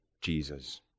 Jesus